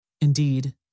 indeed